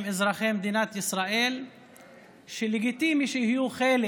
עם אזרחי מדינת ישראל שלגיטימי שיהיו חלק